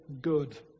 good